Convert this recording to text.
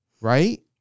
right